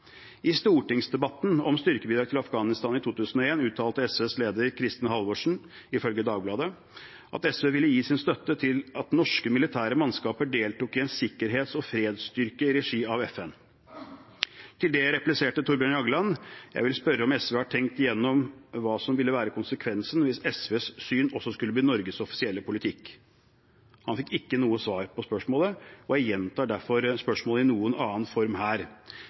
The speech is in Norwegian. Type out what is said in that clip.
I stortingsdebatten om styrkebidrag til Afghanistan i 2001 uttalte SVs leder Kristin Halvorsen, ifølge Dagbladet, at SV ville gi sin støtte til at norske militære mannskaper deltok i en sikkerhets- og fredsstyrke i regi av FN. Til det repliserte Thorbjørn Jagland: «Jeg vil spørre om SV har tenkt gjennom hva som ville være konsekvensene hvis SVs syn også skulle bli Norges offisielle politikk.» Han fikk ikke noe svar på spørsmålet. Jeg gjentar derfor spørsmålet i en noe annen form her: